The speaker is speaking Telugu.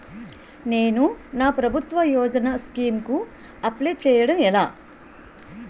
నేను నా ప్రభుత్వ యోజన స్కీం కు అప్లై చేయడం ఎలా?